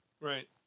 right